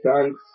thanks